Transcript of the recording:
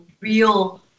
real